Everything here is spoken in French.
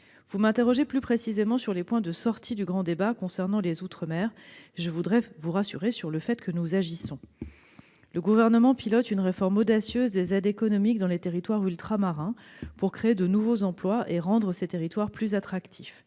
Vous m'interrogez plus précisément sur les points de sortie du grand débat en ce qui concerne les outre-mer. Je veux vous rassurer : nous agissons. De fait, le Gouvernement pilote une réforme audacieuse des aides économiques dans les territoires ultramarins, pour créer de nouveaux emplois et rendre ces territoires plus attractifs.